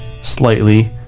slightly